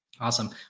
Awesome